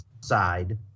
side